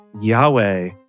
Yahweh